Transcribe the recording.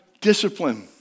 discipline